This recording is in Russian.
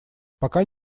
пока